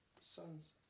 sons